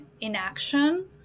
inaction